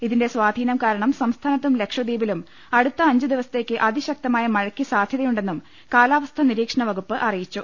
ഇതിന്റെ സ്വാധീനം കാരണം സംസ്ഥാനത്തൂം ലക്ഷദ്വീപിലും അടുത്ത അഞ്ച് ദിവസത്തേക്ക് അതിശക്തമായ മഴക്ക് സാധൃത യുണ്ടെന്നും കാലാവസ്ഥാ നിരീക്ഷണവകുപ്പ് അറിയിച്ചു